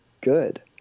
good